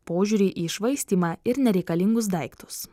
požiūrį į švaistymą ir nereikalingus daiktus